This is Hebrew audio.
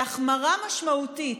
להחמרה משמעותית.